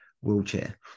wheelchair